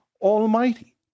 Almighty